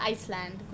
Iceland